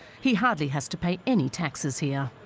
he hardly has to pay any taxes here